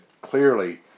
clearly